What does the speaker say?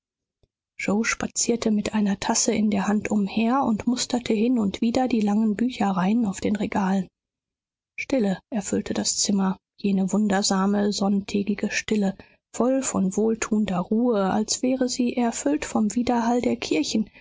yoe spazierte mit einer tasse in der hand umher und musterte hin und wieder die langen bücherreihen auf den regalen stille erfüllte das zimmer jene wundersame sonntägige stille voll von wohltuender ruhe als wäre sie erfüllt vom widerhall der kirchen